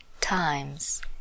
times